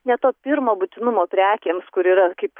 ne to pirmo būtinumo prekėms kur yra kaip